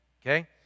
Okay